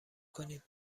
کنیم